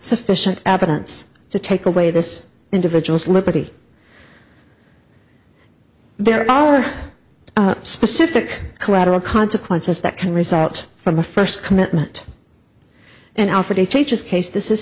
sufficient evidence to take away this individual's liberty there are specific collateral consequences that can result from a first commitment and alfred a teacher's case this